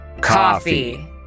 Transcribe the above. Coffee